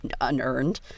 unearned